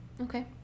okay